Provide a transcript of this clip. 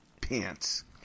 pants